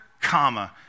comma